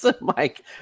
Mike